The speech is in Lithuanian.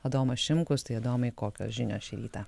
adomas šimkus tai adomai kokios žinios šį rytą